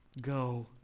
go